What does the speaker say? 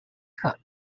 cooke